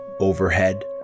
Overhead